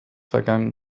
vergangen